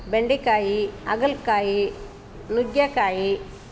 ಬೆಂಡೆಕಾಯಿ ಹಾಗಲ್ಕಾಯಿ ನುಗ್ಗೆಕಾಯಿ